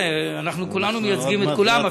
אנחנו כולנו מייצגים את כולם,